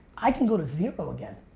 i can go to zero again.